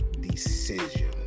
decision